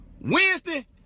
Wednesday